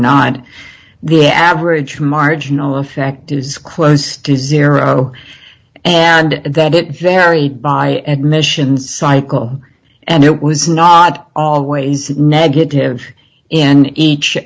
not the average marginal effect is close to zero and that it varied by admissions cycle and it was not always negative in each